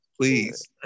please